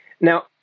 Now